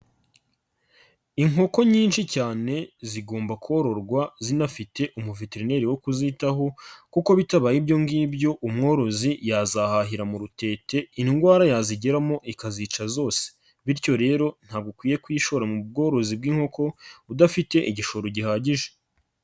Inkoko nyinshi cyane zigomba kororwa zinafite umuveterineri wo kuzitaho kuko bitabaye ibyo ngibyo umworozi yazahahira mu rutete indwara yazigeramo ikazica zose, bityo rero ntabwo ukwiye kwishora mu bworozi bw'inkoko, udafite igishoro gihagije.